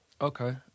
Okay